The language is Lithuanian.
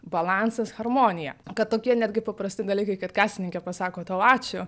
balansas harmonija kad tokie netgi paprasti dalykai kad kasininkė pasako tau ačiū